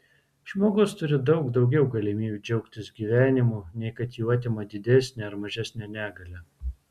žmogus turi daug daugiau galimybių džiaugtis gyvenimu nei kad jų atima didesnė ar mažesnė negalia